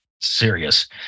serious